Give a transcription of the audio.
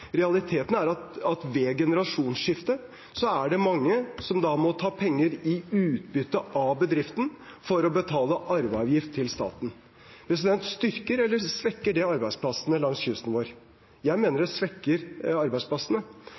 Realiteten er at ved generasjonsskifte er det mange som må ta ut utbytte av bedriften for å betale arveavgift til staten. Styrker eller svekker det arbeidsplassene langs kysten vår? Jeg mener det svekker arbeidsplassene